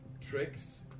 Tricks